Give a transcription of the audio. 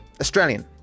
Australian